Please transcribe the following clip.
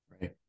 Right